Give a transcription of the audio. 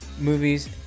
movies